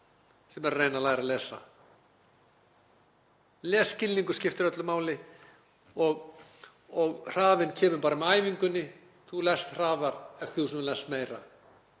sem eru að reyna að læra að lesa. Lesskilningur skiptir öllu máli og hraðinn kemur með æfingunni. Þú lest hraðar eftir því sem þú lest meira.